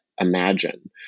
imagine